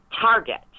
target